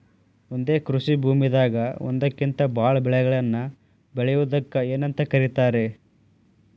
ಒಂದೇ ಕೃಷಿ ಭೂಮಿದಾಗ ಒಂದಕ್ಕಿಂತ ಭಾಳ ಬೆಳೆಗಳನ್ನ ಬೆಳೆಯುವುದಕ್ಕ ಏನಂತ ಕರಿತಾರೇ?